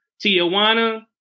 Tijuana